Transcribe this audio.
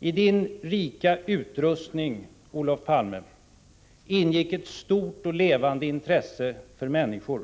I Din rika utrustning, Olof Palme, ingick ett stort och levande intresse för människor.